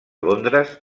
londres